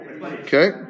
Okay